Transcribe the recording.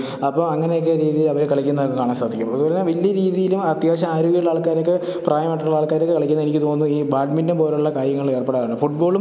അപ്പോൾ അങ്ങനെയൊക്കെ രീതി അവർ കളിക്കുന്നതൊക്കെ കാണാൻ സാധിക്കും അതുപോലെ തന്നെ വലിയ രീതിയിലും അത്യാവശ്യം ആരോഗ്യം ഉള്ള ആൾക്കാരൊക്കെ പ്രായമായിട്ടുള്ള ആൾക്കാർ കളിക്കുന്നത് എനിക്ക് തോന്നുന്നു ഈ ബാഡ്മിൻറൻ പോലെയുള്ള കായിങ്ങളിൽ ഏർപ്പെടാനാണ് ഫുട്ബോളും